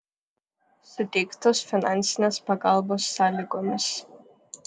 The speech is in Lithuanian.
suteiktos finansinės pagalbos sąlygomis